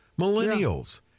Millennials